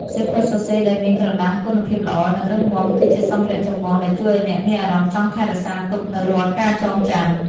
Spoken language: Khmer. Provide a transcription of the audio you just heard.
សៀវភៅសរសេរដែលមានក្រដាសគុណភាពល្អ និងរឹងមាំ គឺជាសម្ភារៈចម្បងដែលជួយឱ្យអ្នកមានអារម្មណ៍ចង់ថែរក្សាទុកនូវរាល់ការចងចាំ។